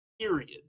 Period